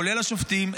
כולל השופטים,